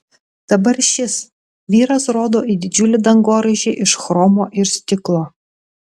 dabar šis vyras rodo į didžiulį dangoraižį iš chromo ir stiklo